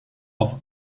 auf